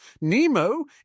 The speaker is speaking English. Nemo